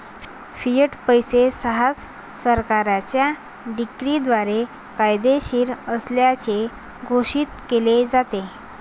Fiat पैसे सहसा सरकारच्या डिक्रीद्वारे कायदेशीर असल्याचे घोषित केले जाते